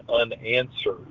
unanswered